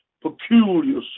peculiar